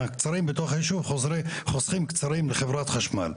קצרים בתוך היישוב חוסכים קצרים לחברת החשמל.